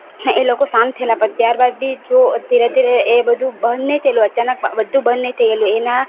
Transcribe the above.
એ લોકો શાંત થયેલા પણ ત્યારબાદ બી જો ધીરે ધીરે એ બધુ બંધ નહીં થયેલું અચાનકમાં બધું બંધ નહીં થયેલું એના